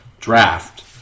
draft